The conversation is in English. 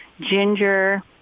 ginger